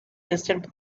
distant